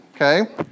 okay